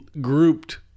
grouped